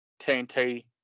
TNT